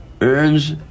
earns